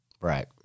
Right